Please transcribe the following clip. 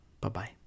Bye-bye